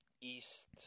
east